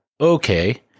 okay